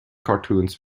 cartoons